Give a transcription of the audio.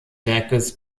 werkes